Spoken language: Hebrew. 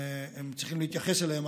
צריכים להתייחס אליהם,